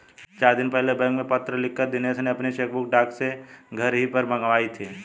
चार दिन पहले बैंक में पत्र लिखकर दिनेश ने अपनी चेकबुक डाक से घर ही पर मंगाई थी